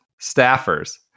staffers